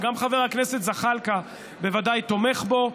שגם חבר הכנסת זחאלקה בוודאי תומך בו,